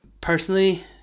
personally